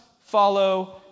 follow